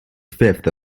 fifth